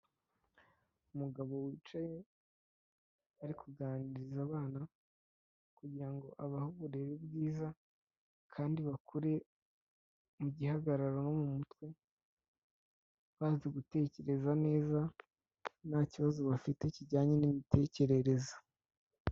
Umugabo wicaye, ari kuganiriza abana kugira ngo abahe uburere bwiza kandi bakure mu gihagararo no mu mutwe bazi gutekereza neza nta kibazo bafite kijyanye n'imitekerereze.